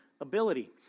ability